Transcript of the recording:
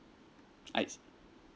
I see